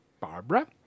Barbara